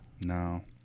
No